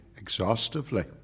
Exhaustively